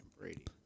Brady